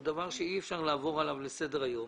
הוא דבר שאי אפשר לעבור עליו לסדר היום.